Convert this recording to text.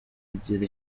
kugira